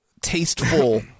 tasteful